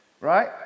Right